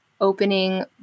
opening